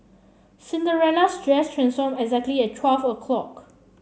Cinderella's dress transform exactly at twelve o'clock